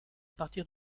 partir